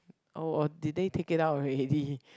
oh or did they take it out already